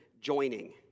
joining